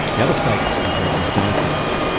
the other states and territories don't do that,